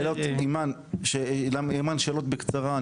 אימאן רצית שאלות, בקצרה.